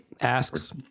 asks